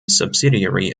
subsidiary